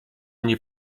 nie